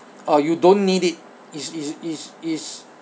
uh you don't need it it's it's it's it's